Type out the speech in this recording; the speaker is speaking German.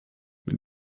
wenn